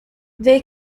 they